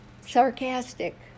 sarcastic